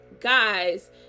guys